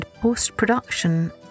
post-production